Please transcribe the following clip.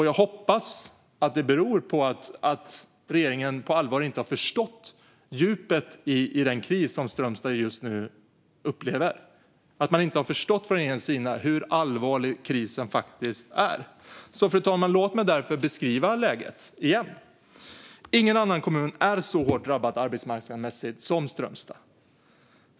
Jag hoppas att det beror på att regeringen inte har förstått djupet i den kris Strömstad upplever och hur allvarlig krisen faktiskt är. Fru talman! Låt mig därför beskriva läget igen. Ingen annan kommun är så hårt drabbad arbetsmarknadsmässigt som Strömstad.